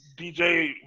DJ